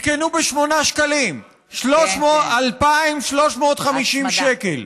עדכנו ב-8 שקלים, 2,350 שקל.